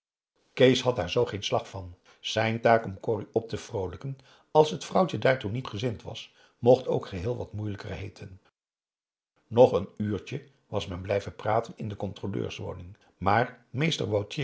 kees had daar zoo geen slag van zijn taak om corrie op te vroolijken als het vrouwtje daartoe niet gezind was mocht ook heel wat moeilijker heeten nog een uurtje was men blijven praten in de controleurswoning maar